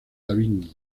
lavín